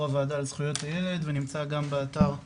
הוועדה לזכויות הילד ונמצא גם באתר הכנסת.